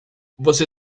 você